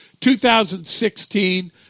2016